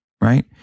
right